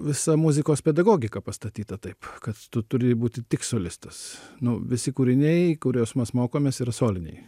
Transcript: visa muzikos pedagogika pastatyta taip kad tu turi būti tik solistas nu visi kūriniai kuriuos mes mokomės yra soliniai